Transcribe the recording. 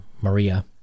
Maria